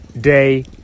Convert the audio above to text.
day